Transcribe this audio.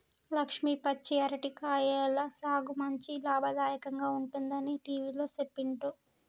లక్ష్మి పచ్చి అరటి కాయల సాగు మంచి లాభదాయకంగా ఉంటుందని టివిలో సెప్పిండ్రు